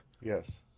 yes